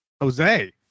Jose